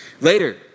Later